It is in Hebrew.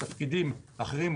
תפקידים אחרים.